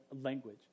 language